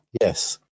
yes